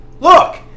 Look